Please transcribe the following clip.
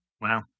Wow